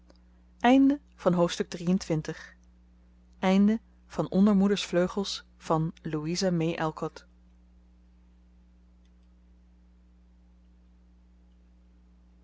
moeders vleugels louise m